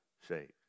saved